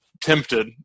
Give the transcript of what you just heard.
tempted